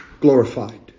glorified